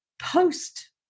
post